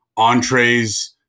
entrees